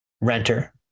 renter